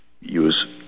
use